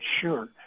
sure